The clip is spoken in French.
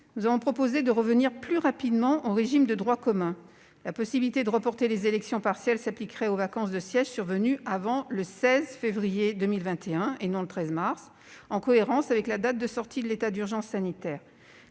nous avons proposé de revenir plus rapidement au régime de droit commun : la possibilité de reporter les élections partielles s'appliquerait aux vacances de siège survenues avant le 16 février 2021, et non le 13 mars, en cohérence avec la date de sortie de l'état d'urgence sanitaire.